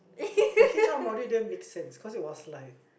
the H_R module didn't make sense cause it was like